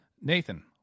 Nathan